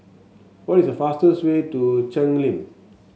what is the fastest way to Cheng Lim